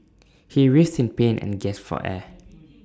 he writhed in pain and gasped for air